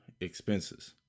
expenses